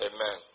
Amen